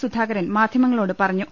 സുധാകരൻ മാധ്യമങ്ങളോട് പ്പറഞ്ഞു